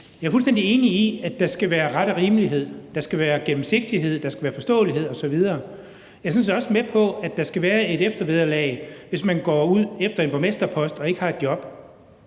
Jeg er fuldstændig enig i, at der skal være ret og rimelighed, at der skal være gennemsigtighed, forståelighed osv. Jeg er sådan set også med på, at der skal være et eftervederlag, hvis man går ud efter at have haft en borgmesterpost og ikke har et job.